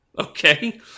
okay